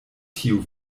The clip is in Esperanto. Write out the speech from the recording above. tiu